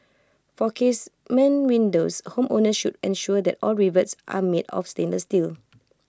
for casement windows homeowners should ensure that all rivets are made of stainless steel